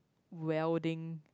welding